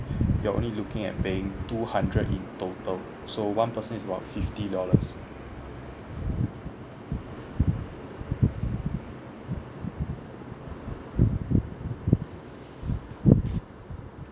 you're only looking at paying two hundred in total so one person is about fifty dollars